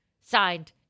Signed